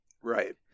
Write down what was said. right